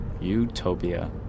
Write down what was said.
Utopia